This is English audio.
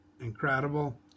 Incredible